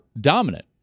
dominant